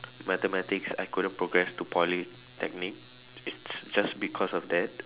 mathematics I couldn't progress to Polytechnic it's just because of that